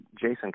Jason